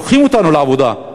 לוקחים אותנו לעבודה.